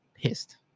Pissed